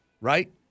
right